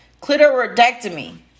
clitoridectomy